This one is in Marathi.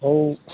हो